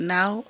Now